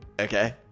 Okay